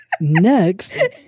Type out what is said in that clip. Next